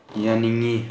ꯌꯥꯅꯤꯡꯏ